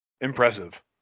Impressive